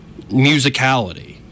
musicality